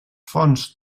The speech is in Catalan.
fonts